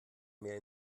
mehr